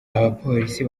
abapolisi